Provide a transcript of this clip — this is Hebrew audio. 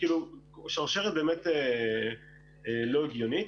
וכאילו שרשרת באמת לא הגיונית.